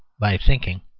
by thinking.